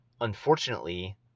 Unfortunately